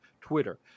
Twitter